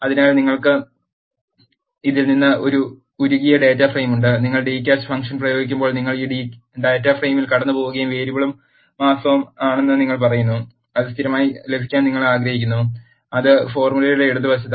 അതിനാൽ നിങ്ങൾക്ക് ഇതിൽ നിന്ന് ഈ ഉരുകിയ ഡാറ്റ ഫ്രെയിം ഉണ്ട് നിങ്ങൾ dcast ഫംഗ്ഷൻ പ്രയോഗിക്കുമ്പോൾ നിങ്ങൾ ഈ ഡാറ്റ ഫ്രെയിമിൽ കടന്നുപോകുകയും വേരിയബിളും മാസവും ആണെന്ന് നിങ്ങൾ പറയുന്നു അത് സ്ഥിരമായി ലഭിക്കാൻ നിങ്ങൾ ആഗ്രഹിക്കുന്നു അത് ഫോർമുലയുടെ ഇടതുവശത്താണ്